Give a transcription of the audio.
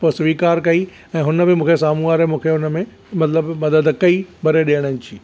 पोइ स्वीकार कई ऐं हुन बि मूंखे साम्हूं वारे मूंखे हुन में मतिलबु मदद कई भरे ॾियणु जी